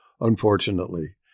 Unfortunately